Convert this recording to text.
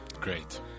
Great